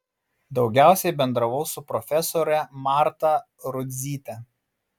daugiausiai bendravau su profesore marta rudzyte